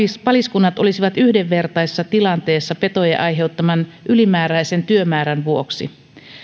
paliskunnat olisivat yhdenvertaisessa tilanteessa petojen aiheuttaman ylimääräisen työmäärän vuoksi